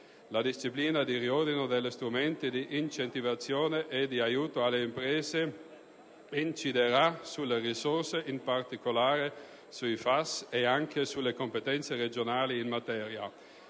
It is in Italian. La disciplina di riordino degli strumenti di incentivazione e di aiuto alle imprese inciderà sulle risorse, in particolare sui FAS, e anche sulle competenze regionali in materia.